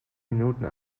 minuten